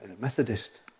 Methodist